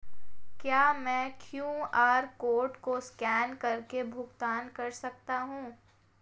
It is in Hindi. क्या मैं क्यू.आर कोड को स्कैन करके भुगतान कर सकता हूं?